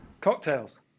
Cocktails